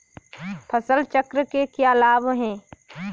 फसल चक्र के क्या लाभ हैं?